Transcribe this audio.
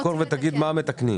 תגיד את המקור ותגיד מה מתקנים.